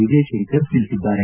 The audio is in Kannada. ವಿಜಯ್ ಶಂಕರ್ ತಿಳಿಸಿದ್ದಾರೆ